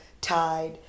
tide